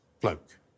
bloke